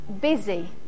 busy